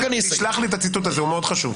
שלח לי את הציטוט הזה, הוא חשוב.